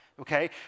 Okay